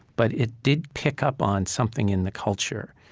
but it did pick up on something in the culture.